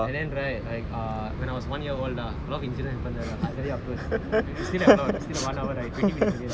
and then right like err when I was one year old lah a lot of incident happen there lah I tell you afterwards we have one hour right twenty minutes only right